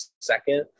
second